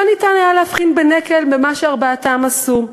לא ניתן היה להבחין בנקל במה שארבעתם עשו.